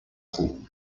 خوب